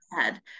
ahead